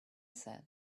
said